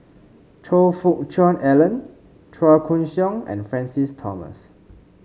Choe Fook Cheong Alan Chua Koon Siong and Francis Thomas